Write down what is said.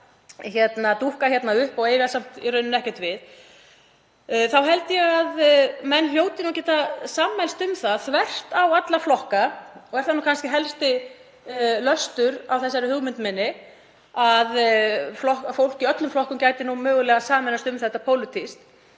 sem dúkka upp og eiga samt í rauninni ekkert við. Ég held að menn hljóti að geta sammælst um það þvert á alla flokka, og er það nú kannski helsti löstur á þessari hugmynd minni að fólk í öllum flokkum gæti mögulega sameinast um þetta pólitískt,